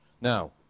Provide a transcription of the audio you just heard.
Now